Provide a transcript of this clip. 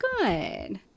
good